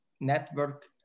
network